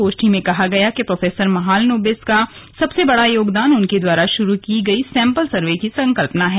गोष्ठी में कहा गया कि प्रोफेसर महालनोबिस का सबसे बड़ा योगदान उनके द्वारा शुरू किया गया सैंपल सर्वे की संकल्पना है